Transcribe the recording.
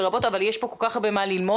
אבל יש פה כל כך הרבה מה ללמוד.